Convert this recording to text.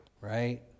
Right